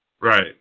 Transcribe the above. Right